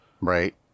Right